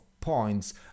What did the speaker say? points